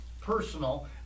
personal